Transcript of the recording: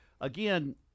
again